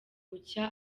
bucya